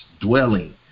dwelling